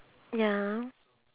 ya